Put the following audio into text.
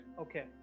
Okay